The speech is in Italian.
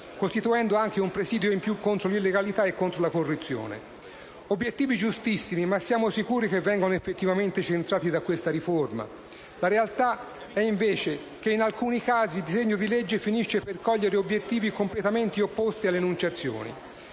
costituendo anche un presidio in più contro l'illegalità e contro la corruzione. Obiettivi giustissimi, ma siamo sicuri che vengano effettivamente centrati da questa riforma? La realtà è, invece, che in alcuni casi il disegno di legge finisce per cogliere obiettivi completamente opposti alle enunciazioni.